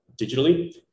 digitally